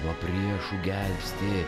nuo priešų gelbsti